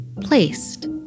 placed